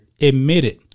admitted